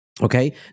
Okay